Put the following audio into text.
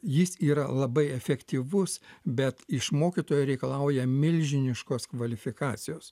jis yra labai efektyvus bet iš mokytojo reikalauja milžiniškos kvalifikacijos